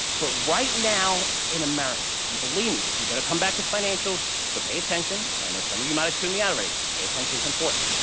but right now in america, and believe me, this is going to come back to financials, so pay attention and i know some of you might tune me out already, pay attention is important.